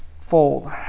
fold